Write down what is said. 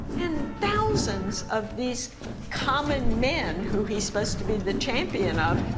and thousands of these common men who he's supposed to be the champion of,